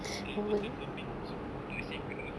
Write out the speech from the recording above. saya makan kambing semua untuk save the earth